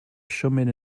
chomet